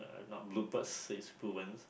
have not says